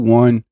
one